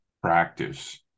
practice